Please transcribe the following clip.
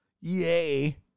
Yay